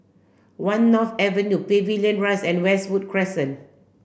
One North Avenue Pavilion Rise and Westwood Crescent